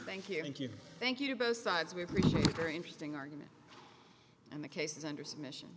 thank you thank you thank you to both sides we appreciate it very interesting argument and the case is under submission